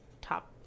top